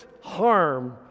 harm